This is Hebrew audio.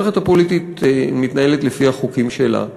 המערכת הפוליטית מתנהלת לפי החוקים שלה.